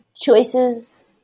choices